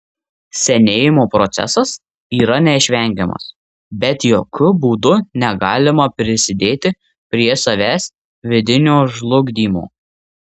senėjimo procesas yra neišvengiamas bet jokiu būdu negalima prisidėti prie savęs vidinio žlugdymo